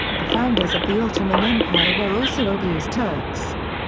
the founders of the ottoman empire were also oghuz turks.